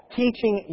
teaching